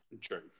True